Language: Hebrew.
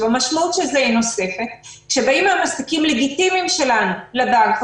המשמעות של זה היא נוספת - כשבאים מעסיקים לגיטימיים שלנו לבנק,